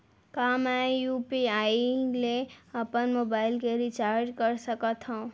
का मैं यू.पी.आई ले अपन मोबाइल के रिचार्ज कर सकथव?